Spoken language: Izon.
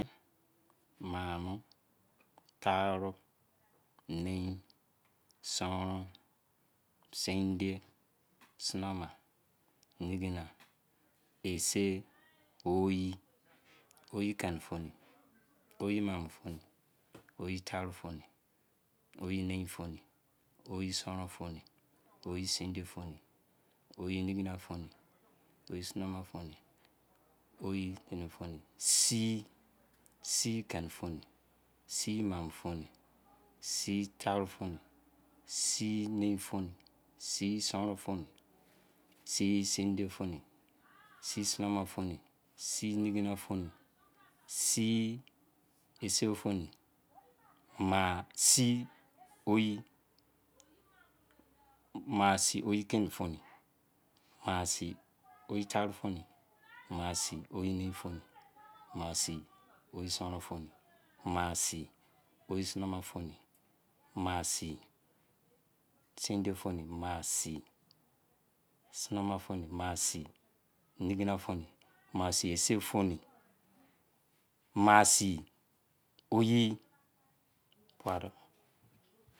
Maa sii maamo-feni, maa sii-taaru-feni, maa sii-nein-feni, maa sii-sonron-feni, maa sii-sindiye-feni, maa sii-sonoma-feni, maa sii-nigina-feni, maa sii-ise-feni, maa sii mo oyi mo̱, maa sii oyi-keni-feni, maa sii oyi-maamo-feni, maa-sii oyi-taaru-feni, maa sii eyi-nein-feni, maa sii oyi-sonron-feni, maa sii eyi-sindiye-feni, maa sii eyi-sonoma-feni, maa sii eyi-nigina-feni, maa sii eyi-ise-feni, tara sii, tara sii keni-feni, tara sii maamo-feni, tara sii taaru-feni, tara sii nein-feni, tara sii sonron-feni, tara sii sindiye-feni, tara sii sonoma-feni, tara sii nigina-fena, tara sii ise-feni, tara sii mo-oyi-mo̱, tara sii oyi-keni-feni, tara sii oyi-maamo-feni, tara sii oyi-taaru̱-feni